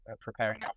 preparing